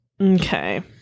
Okay